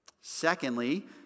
Secondly